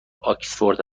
آکسفورد